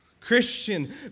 Christian